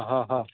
ହଁ ହଁ